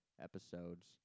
episodes